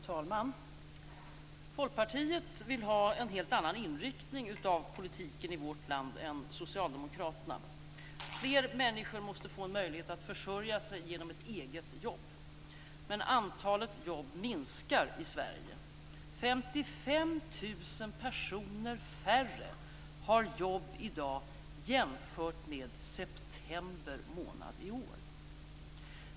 Fru talman! Folkpartiet vill ha en helt annan inriktning av politiken i vårt land än socialdemokraterna. Fler människor måste få en möjlighet att försörja sig genom ett jobb. Men antalet jobb minskar i Sverige. 55 000 personer färre har jobb i dag jämfört med september månad i år.